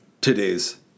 today's